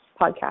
podcast